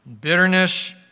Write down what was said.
bitterness